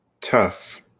tough